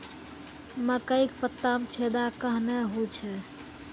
मकई के पत्ता मे छेदा कहना हु छ?